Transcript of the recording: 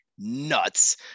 nuts